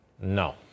no